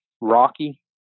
rocky